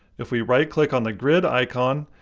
if we right-click on the grid icon,